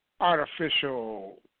Artificial